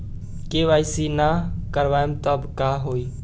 KYC ना करवाएम तब का होई?